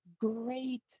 great